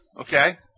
Okay